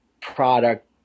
product